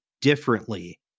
differently